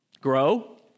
grow